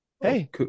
Hey